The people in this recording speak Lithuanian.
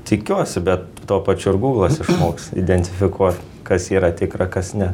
tikiuosi bet tuo pačiu ar guglas išmoks identifikuot kas yra tikra kas ne